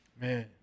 Man